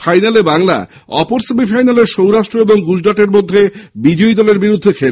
ফাইনালে বাংলা অপর সেমিফাইনালে সৌরাষ্ট্র ও গুজরাটের মধ্যে বিজয়ী দলের বিরুদ্ধে খেলবে